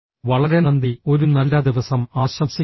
വളരെ നന്ദി ഒരു നല്ല ദിവസം ആശംസിക്കുന്നു